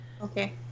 Okay